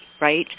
right